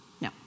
No